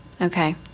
Okay